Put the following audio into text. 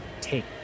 take